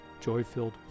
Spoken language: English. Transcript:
joy-filled